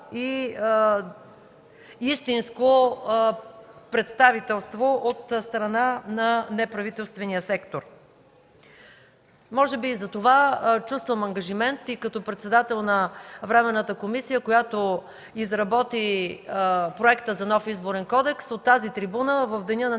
и истинско представителство от страна на неправителствения сектор. Може би затова чувствам ангажимент и като председател на Временната комисия, която изработи Проекта за нов Изборен кодекс, от тази трибуна в деня на